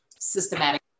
systematic